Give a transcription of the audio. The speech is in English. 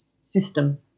system